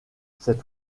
cet